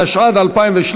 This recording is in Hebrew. התשע"ד 2013,